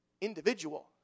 individual